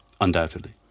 Undoubtedly